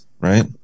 right